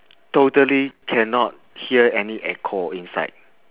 totally cannot hear any echo inside